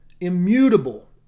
immutable